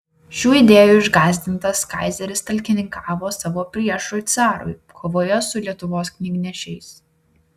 šių idėjų išgąsdintas kaizeris talkininkavo savo priešui carui kovoje su lietuvos knygnešiais